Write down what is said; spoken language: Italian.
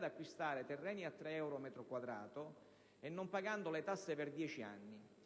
acquistando terreni a tre euro a metro quadro e non pagando le tasse per dieci anni.